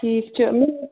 ٹھیٖک چھُ